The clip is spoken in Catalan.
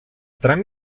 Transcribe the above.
tram